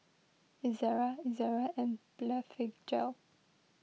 Ezerra Ezerra and Blephagel